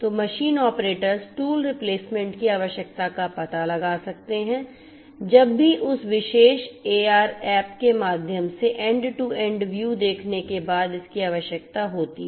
तो machine operators tool replacement की आवश्यकता का पता लगा सकते हैं जब भी उस विशेष एआर ऐप के माध्यम से एंड टू एंड व्यू देखने के बाद इसकी आवश्यकता होती है